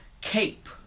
cape